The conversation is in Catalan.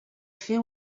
fer